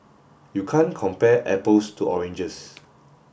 you can't compare apples to oranges